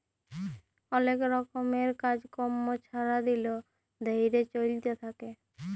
অলেক রকমের কাজ কম্ম ছারা দিল ধ্যইরে চইলতে থ্যাকে